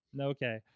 Okay